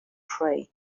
pray